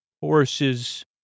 horses